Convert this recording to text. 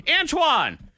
Antoine